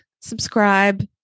Subscribe